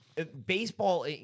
Baseball